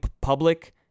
public